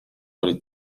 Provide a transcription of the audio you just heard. olid